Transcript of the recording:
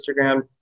Instagram